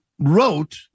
Wrote